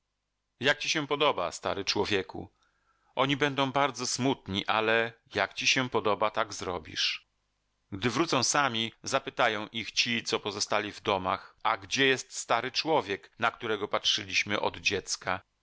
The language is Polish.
jak ci się podoba stary człowieku oni będą bardzo smutni ale jak ci się podoba tak zrobisz gdy wrócą sami zapytają ich ci co pozostali w domach a gdzie jest stary człowiek na którego patrzyliśmy od dziecka